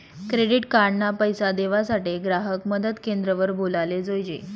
credit card ना पैसा देवासाठे ग्राहक मदत क्रेंद्र वर बोलाले जोयजे